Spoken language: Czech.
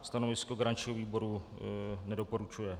Stanovisko garančního výboru: nedoporučuje.